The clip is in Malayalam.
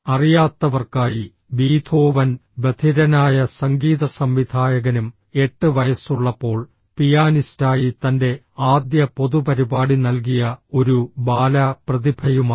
അറിയാത്തവർക്കായി ബീഥോവൻ ബധിരനായ സംഗീതസംവിധായകനും 8 വയസ്സുള്ളപ്പോൾ പിയാനിസ്റ്റായി തന്റെ ആദ്യ പൊതുപരിപാടി നൽകിയ ഒരു ബാല പ്രതിഭയുമാണ്